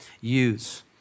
use